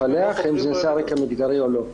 לפענח אם זה נעשה על רקע מגדרי או לא.